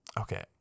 Okay